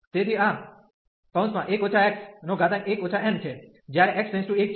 તેથી આ 1 n છે જ્યારે x → 1 છે